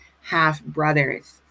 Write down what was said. half-brothers